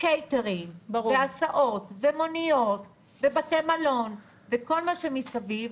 קייטרינג והסעות ומוניות ובתי מלון וכל מה שמסביב,